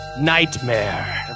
Nightmare